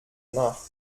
nach